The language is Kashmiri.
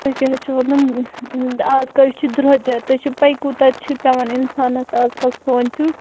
اَے کیٛاہ حظ چھِ وَنان اَزکَل چھِ درٛۄجَر تۄہہِ چھُ پَے کوٗتاہ چھُ پٮ۪وان اِنسانَس اَزکَل سونٛچُن